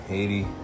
Haiti